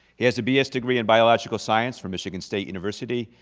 he has a b s degree in biological science from michigan state university.